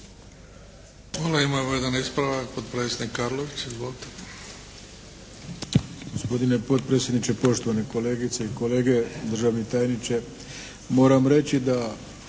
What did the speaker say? Hvala. Imamo jedan ispravak, potpredsjednik Arlović. Izvolite!